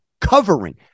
Covering